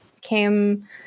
came